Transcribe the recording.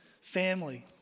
family